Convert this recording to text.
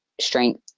strength